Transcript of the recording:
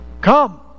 Come